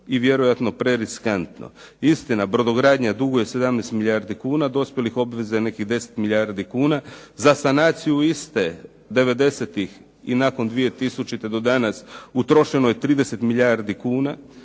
i vjerojatno preriskantno. Istina brodogradnja duguje 17 milijardi kuna dospjelih obveza i nekih 10 milijardi kuna za sanaciju iste devedesetih i nakon dvije tisućite do danas utrošeno je 30 milijardi kuna.